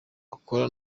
akora